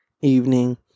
evening